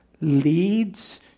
leads